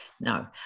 no